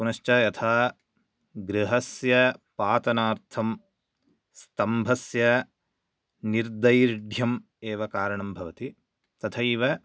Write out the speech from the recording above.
पुनश्च यथा गृहस्य पातनार्थं स्तम्भस्य निर्दैर्घ्यम् एव कारणं भवति तथैव